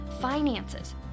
finances